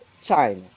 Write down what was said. China